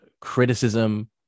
criticism